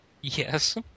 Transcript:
yes